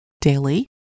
Daily